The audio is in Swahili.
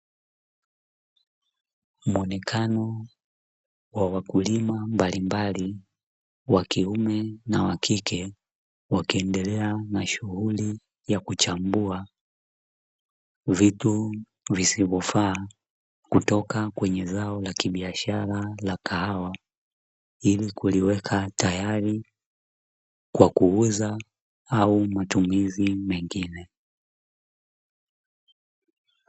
Muonekano wa wakulima mbalimbali wa kiume na wa kike, wakiendelea na shughuli ya kuchambua vitu visivyofaa kutoka kwenye zao la kibiashara la kahawa, ili kuliweka tayari kwa kuuza au matumizi mengine.